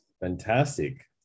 fantastic